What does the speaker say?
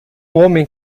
homem